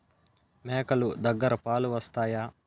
మేక లు దగ్గర పాలు వస్తాయా?